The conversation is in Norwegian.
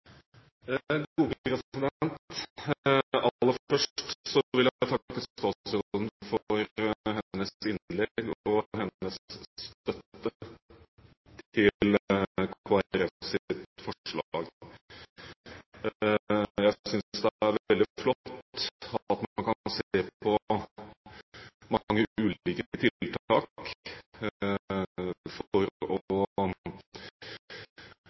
gode planar. Aller først vil jeg takke statsråden for hennes innlegg og hennes støtte til Kristelig Folkepartis forslag. Jeg synes det er veldig flott at man kan se på mange ulike tiltak for å hjelpe folk inn på